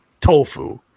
tofu